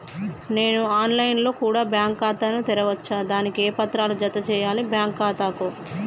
నేను online లో కూడా బ్యాంకు ఖాతా ను తెరవ వచ్చా? దానికి ఏ పత్రాలను జత చేయాలి బ్యాంకు ఖాతాకు?